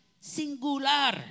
singular